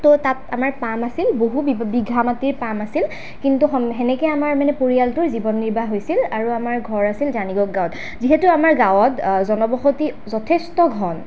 তো তাত আমাৰ পাম আছিল বহু বি বিঘা মাটিৰ পাম আছিল কিন্তু সন সেনেকৈ আমাৰ মানে পৰিয়ালটোৰ জীৱন নিৰ্বাহ হৈছিল আৰু আমাৰ ঘৰ আছিল জানিগোগ গাঁৱত যিহেতু আমাৰ গাঁৱত জনবসতি যথেষ্ট ঘন